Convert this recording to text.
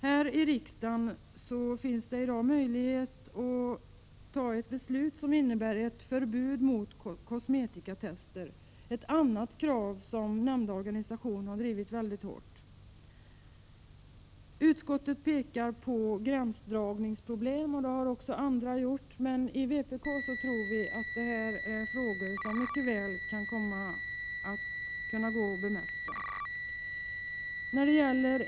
Här i riksdagen finns det i dag möjlighet att fatta ett beslut som innebär ett förbud mot kosmetikatester — ett annat krav som den nämnda organisationen har drivit mycket hårt. Utskottet pekar på gränsdragningsproblem, vilket också andra har gjort, men vpk anser att det är frågor som mycket väl går att bemästra.